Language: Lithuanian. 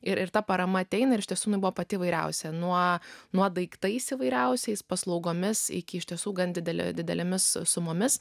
ir ir ta parama ateina ir iš tiesų jinai buvo pati įvairiausia nuo nuo daiktais įvairiausiais paslaugomis iki iš tiesų gan didelio didelėmis sumomis